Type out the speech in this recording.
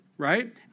right